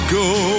go